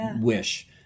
wish